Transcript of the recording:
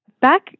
Back